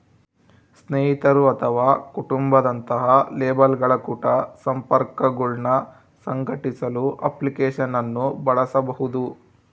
ಸ್ನೇಹಿತರು ಅಥವಾ ಕುಟುಂಬ ದಂತಹ ಲೇಬಲ್ಗಳ ಕುಟ ಸಂಪರ್ಕಗುಳ್ನ ಸಂಘಟಿಸಲು ಅಪ್ಲಿಕೇಶನ್ ಅನ್ನು ಬಳಸಬಹುದು